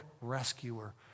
rescuer